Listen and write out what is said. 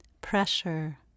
pressure